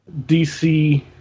DC